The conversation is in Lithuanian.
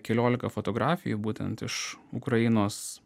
keliolika fotografijų būtent iš ukrainos